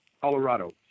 Colorado